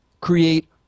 create